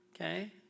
okay